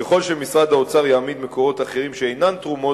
ככל שמשרד האוצר יעמיד מקורות אחרים שאינם תרומות,